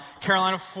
Carolina